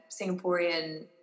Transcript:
Singaporean